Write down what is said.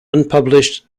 unpublished